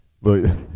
Look